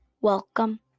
Welcome